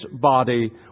body